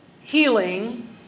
healing